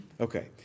Okay